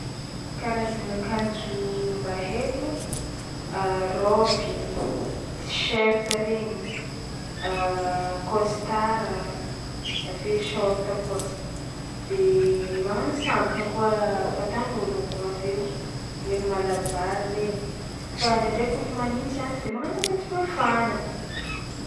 Karazagna akanjo mba haiko: raoby, t-shirt regny, costard, avy eo short koa de magnano sampogna koa fatan'ôlogno koa avy eo ery malabary regny fa ndraindraiky kaofa manintsy andro de magnano akanjo mafana.